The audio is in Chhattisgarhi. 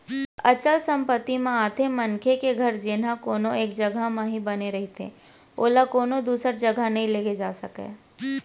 अचल संपत्ति म आथे मनखे के घर जेनहा कोनो एक जघा म ही बने रहिथे ओला कोनो दूसर जघा नइ लेगे जाय सकय